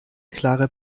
klare